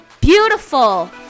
beautiful